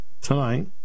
tonight